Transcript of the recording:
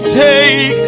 take